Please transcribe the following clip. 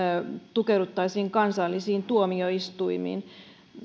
tukeuduttaisiin kansallisiin tuomioistuimiin